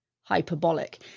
hyperbolic